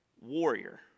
warrior